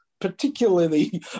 particularly